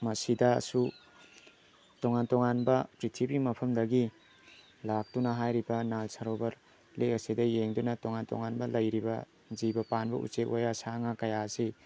ꯃꯁꯤꯗꯁꯨ ꯇꯣꯉꯥꯟ ꯇꯣꯉꯥꯟꯕ ꯄ꯭ꯔꯤꯊꯤꯕꯤ ꯃꯐꯝꯗꯒꯤ ꯂꯥꯛꯇꯨꯅ ꯍꯥꯏꯔꯤꯕ ꯅꯥꯜꯁꯥꯔꯣꯕꯔ ꯂꯦꯛ ꯑꯁꯤꯗ ꯌꯦꯡꯗꯨꯅ ꯇꯣꯉꯥꯟ ꯇꯣꯉꯥꯟꯕ ꯂꯩꯔꯤꯕ ꯖꯤꯕ ꯄꯥꯟꯕ ꯎꯆꯦꯛ ꯋꯥꯌꯥ ꯁꯥ ꯉꯥ ꯀꯌꯥ ꯑꯁꯤ